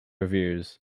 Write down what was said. reviews